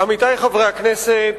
עמיתי חברי הכנסת,